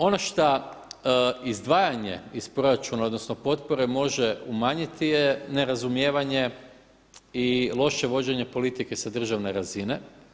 Ono šta izdvajanje iz proračuna, odnosno potpore može umanjiti je nerazumijevanje i loše vođenje politike sa državne razine.